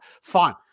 fine